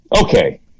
Okay